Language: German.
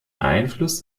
einfluss